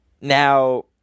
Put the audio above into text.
Now